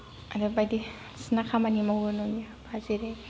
आरो बायदिसिना खामानि मावो न'आव बा जेरै